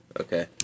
Okay